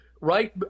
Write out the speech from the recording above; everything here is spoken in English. right